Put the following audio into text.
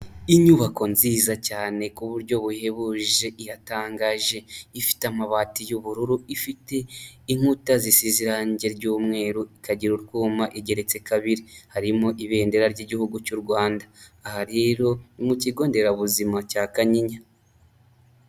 Inyubako nziza cyane ku buryo buhebuje iratangaje, ifite amabati y'ubururu, ifite inkuta zisize irange ry'umweru, ikagira urwuma, igeretse kabiri, harimo ibendera ry'Igihugu cy'u Rwanda, aha rero ni mu kigonderabuzima cya Kanyinya.